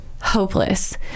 hopeless